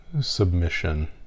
submission